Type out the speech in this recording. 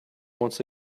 once